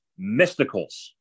Mysticals